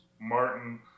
Martin